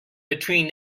between